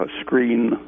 screen